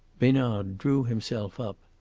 besnard drew himself up.